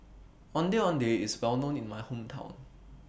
Ondeh Ondeh IS Well known in My Hometown